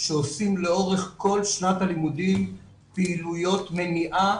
שעושים לאורך כל שנת הלימודים פעילויות מניעה